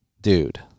Dude